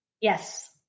Yes